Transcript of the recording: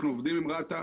אנחנו עובדים עם רת"א,